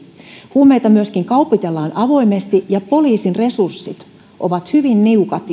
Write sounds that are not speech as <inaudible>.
huumeita myöskin kaupitellaan avoimesti ja poliisin resurssit puuttua tähän ovat hyvin niukat <unintelligible>